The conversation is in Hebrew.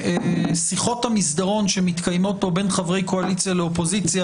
שיחות המסדרון שמתקיימות פה בין חברי קואליציה לאופוזיציה,